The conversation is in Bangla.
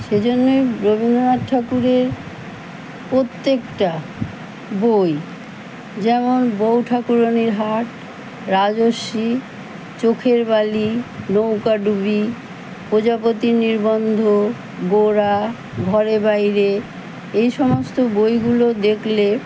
সেজন্যই রবীন্দ্রনাথ ঠাকুরের প্রত্যেকটা বই যেমন বউ ঠাকুরানির হাট রাজর্ষি চোখের বালি নৌকাডুবি প্রজাপতির নির্বন্ধ গোরা ঘরে বাইরে এই সমস্ত বইগুলো দেখলে